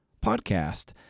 podcast